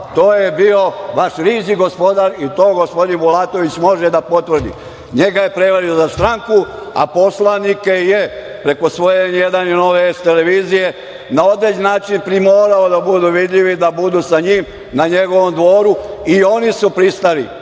To je bio vaš riđi gospodar i to gospodin Bulatović može da potvrdi. Njega je prevario za stranku, a poslanike je preko svoje N1 i Nove S televizije na određeni način primorao da budu vidljivi, da budu sa njim na njegovom dvoru i oni su pristali